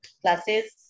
Classes